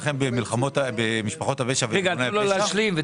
להילחם במשפחות הפשע, בארגוני הפשע?